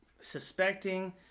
suspecting